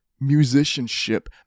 musicianship